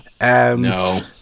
No